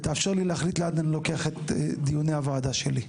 ותאפשר לי להחליט לאן אני לוקח את דיוני הוועדה שלי.